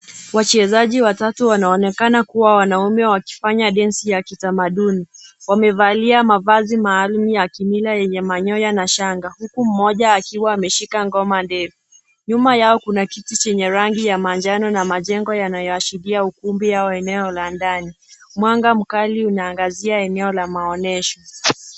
Wachezaji watatu wanaonekana kuwa wanaume wakifanya densi ya kitamaduni. Wamevalia mavazi maalum yenye kimila yenye manyoya na shanga, huku moja wao akiwa ameshika ngoma ndefu. Nyuma yao kuna kiti chenye rangi ya manjano na majengo yanayoashiria ukumbi ya eneo la nadani. Mwanga mkali unaangazia eneo la maonyesho.